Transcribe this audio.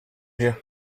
here